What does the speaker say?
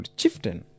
chieftain